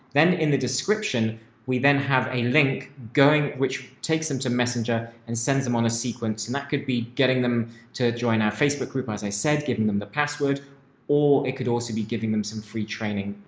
then in the description we then have a link going which takes them to messenger and sends them on a sequence and that could be getting them to join our facebook group and as i said, giving them the password or it could also be giving them some free training,